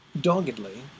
doggedly